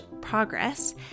progress